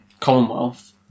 Commonwealth